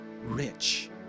rich